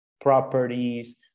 properties